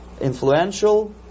influential